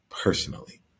personally